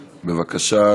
בבקשה.